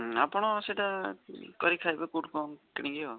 ଆପଣ ସେଇଟା କରି ଖାଇବା କେଉଁଠୁ କ'ଣ କିଣିକି ଆଉ